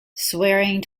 swearing